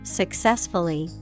successfully